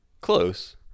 Close